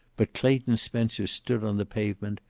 but clayton spencer stood on the pavement,